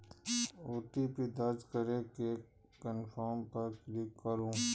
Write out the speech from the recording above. OTP दर्ज करै के कंफर्म पर क्लिक करू